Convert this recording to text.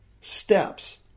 steps